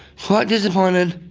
quite disappointed.